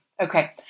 Okay